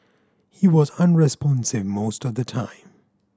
he was unresponsive most of the time